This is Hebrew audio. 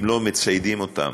אם לא מציידים אותם,